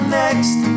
next